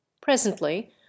Presently